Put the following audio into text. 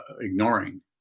ignoring